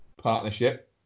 partnership